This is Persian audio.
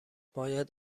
باید